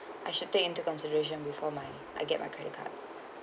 I should take into consideration before my I get my credit card